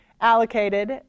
allocated